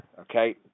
okay